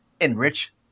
enrich